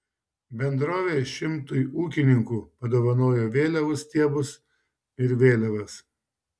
bendrovė šimtui ūkininkų padovanojo vėliavų stiebus ir vėliavas